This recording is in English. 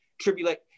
tribulation